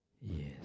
Yes